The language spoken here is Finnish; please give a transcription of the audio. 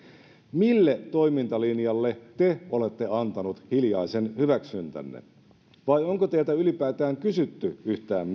mille toimintalinjalle te olette antanut hiljaisen hyväksyntänne vai onko teiltä ylipäätään kysytty yhtään